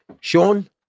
Sean